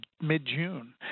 mid-June